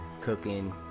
cooking